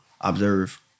observe